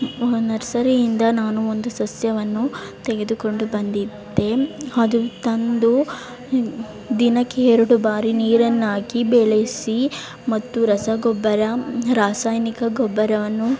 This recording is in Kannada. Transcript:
ನರ್ಸರಿ ಇಂದ ನಾನು ಒಂದು ಸಸ್ಯವನ್ನು ತೆಗೆದುಕೊಂಡು ಬಂದಿದ್ದೆ ಅದು ತಂದು ದಿನಕ್ಕೆ ಎರಡು ಬಾರಿ ನೀರನ್ನು ಹಾಕಿ ಬೆಳೆಸಿ ಮತ್ತು ರಸಗೊಬ್ಬರ ರಾಸಾಯನಿಕ ಗೊಬ್ಬರವನ್ನು